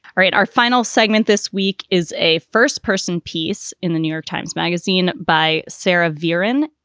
right. our final segment this week is a first person piece in the new york times magazine by sarah veyron.